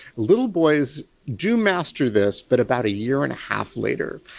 little boys do master this, but about a year and a half later.